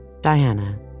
Diana